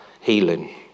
healing